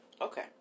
Okay